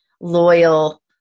loyal